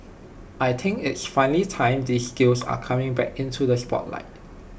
I think it's finally time these skills are coming back into the spotlight